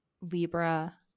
Libra